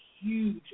huge